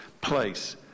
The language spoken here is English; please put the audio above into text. place